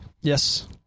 Yes